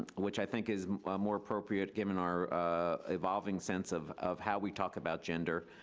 which i think is more appropriate given our evolving sense of of how we talk about gender,